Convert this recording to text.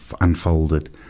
unfolded